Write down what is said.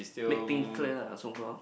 make things clear lah so called